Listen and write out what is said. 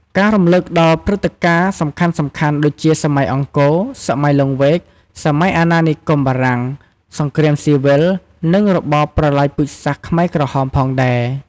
ការរំលឹកដល់ព្រឹត្តិការណ៍សំខាន់ៗ ដូចជាសម័យអង្គរ សម័យលង្វែក សម័យអាណានិគមបារាំង សង្គ្រាមស៊ីវិល និងរបបប្រល័យពូជសាសន៍ខ្មែរក្រហមផងដែរ។